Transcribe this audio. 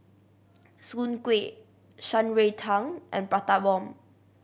soon kway Shan Rui Tang and Prata Bomb